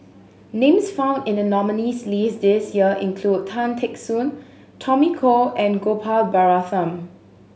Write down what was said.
names found in the nominees' list this year include Tan Teck Soon Tommy Koh and Gopal Baratham